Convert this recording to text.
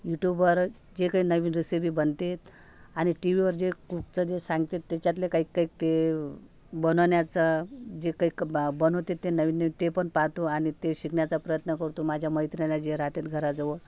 युटूबवर जे काही नवीन रेसिपी बनतेत आणि टीवीवर जे कुकचं जे सांगतेत त्याच्यातले काहीकाही ते बनवण्याचा जे काही कब बनवते ते नवीननवीन ते पण पाहतो आणि ते शिकण्याचा प्रयत्न करतो माझ्या मैत्रीण जे रहातात घराजवळ